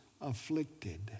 afflicted